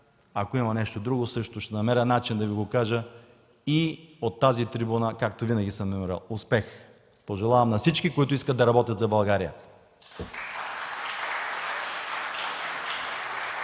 Ако има нещо друго, ще намеря начин да Ви го кажа и от тази трибуна, както винаги съм намирал. Пожелавам успех на всички, които искат да работят за България!